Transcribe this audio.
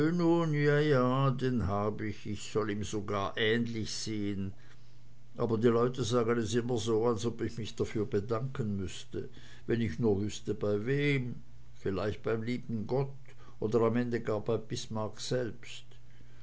ja den hab ich ich soll ihm sogar ähnlich sehen aber die leute sagen es immer so als ob ich mich dafür bedanken müßte wenn ich nur wüßte bei wem vielleicht beim lieben gott oder am ende gar bei bismarck selbst